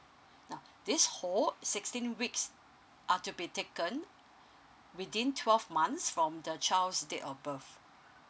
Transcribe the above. nah this whole sixteen weeks are to be taken within twelve months from the child's date of birth